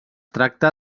tracta